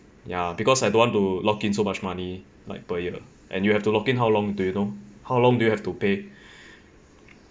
ya because I don't want to lock in so much money like per year and you'll have to lock in how long do you know how long do you have to pay